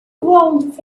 involved